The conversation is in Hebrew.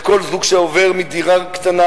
לכל זוג שעובר מדירה קטנה,